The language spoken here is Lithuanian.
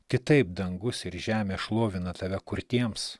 kitaip dangus ir žemė šlovina tave kurtiems